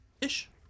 Ish